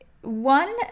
One